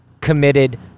committed